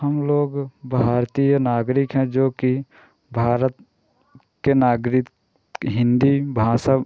हम लोग भारतीय नागरिक हैं जो कि भारत के नागरित हिन्दी भाषा